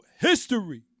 history